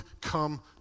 come